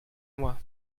mois